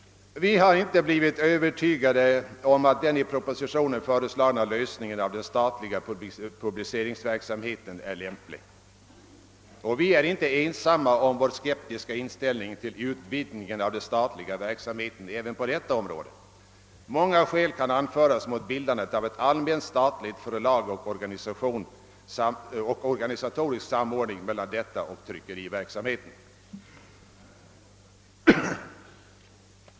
Vi har inte blivit övertygade om att den i propositionen föreslagna lösningen av den statliga publiceringsverksamheten är lämplig och vi är inte ensamma om vår skeptiska inställning till utvidgning av den statliga verksamheten även på detta område. Många skäl kan anföras mot bildandet av ett allmänt statligt förlag och mot organisatorisk samverkan mellan detta och tryckeriverksamheten.